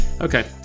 Okay